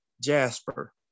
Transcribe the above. Jasper